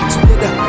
Together